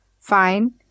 Fine